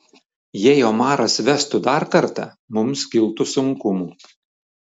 jei omaras vestų dar kartą mums kiltų sunkumų